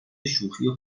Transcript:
شوخی